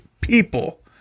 people